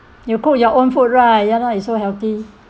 you cook your own food right ya lah it's so healthy